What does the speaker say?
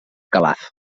calaf